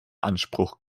anspruch